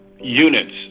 units